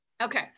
Okay